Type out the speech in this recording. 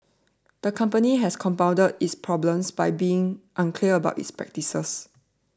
the company has compounded its problems by being unclear about its practices